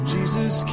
Jesus